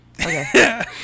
Okay